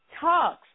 Talks